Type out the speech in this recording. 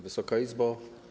Wysoka Izbo!